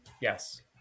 Yes